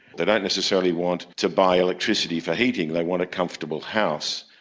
they don't necessarily want to buy electricity for heating, they want a comfortable house.